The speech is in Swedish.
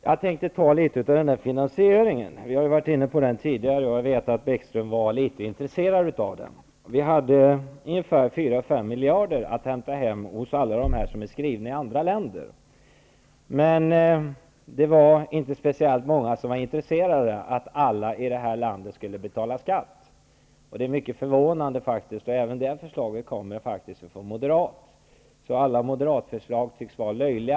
Herr talman! Jag tänkte diskutera frågan om finansieringen. Vi har varit inne på den frågan tidigare, och jag vet att Lars Bäckström var intresserad av den. Det fanns ungefär 4--5 miljarder att hämta hem hos alla dem som är skrivna i andra länder. Men det var inte speciellt många som var intresserade av att alla i det här landet skall betala skatt. Det är mycket förvånande. Även det förslaget kommer från en Moderat. Alla förslag från Moderaterna tycks vara löjliga.